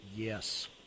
Yes